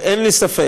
ואין לי ספק,